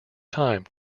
time